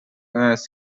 less